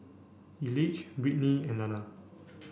Elige Britni and Lana